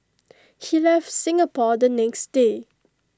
he left Singapore the next day